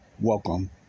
Welcome